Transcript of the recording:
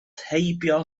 heibio